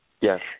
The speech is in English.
Yes